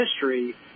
history